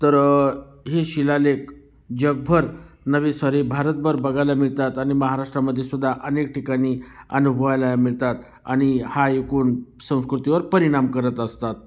तर हे शिलालेख जगभर नव्हे सॉरी भारतभर बघायला मिळतात आणि महाराष्ट्रामध्ये सुद्धा अनेक ठिकाणी अनुभवायला मिळतात आणि हा एकूण संस्कृतीवर परिणाम करत असतात